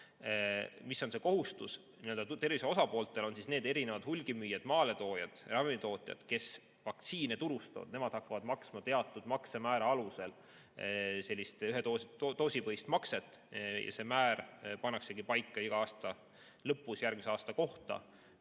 on see kohustus? Tervise osapooltel on need erinevad hulgimüüjad, maaletoojad, ravimitootjad, kes vaktsiine turustavad, nemad hakkavad maksma teatud maksemäära alusel sellist doosipõhist makset ja see määr pannaksegi paika iga aasta lõpus järgmise aasta kohta,